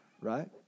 right